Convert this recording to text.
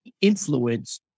influence